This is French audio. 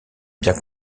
bien